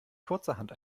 kurzerhand